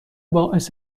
باعث